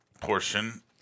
portion